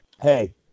hey